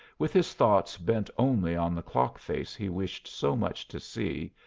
with his thoughts bent only on the clock-face he wished so much to see,